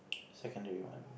secondary one